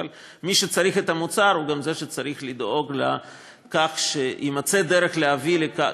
אבל מי שצריך את המוצר הוא גם זה שצריך לדאוג לכך שתימצא דרך להביא לכך,